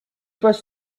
was